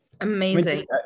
Amazing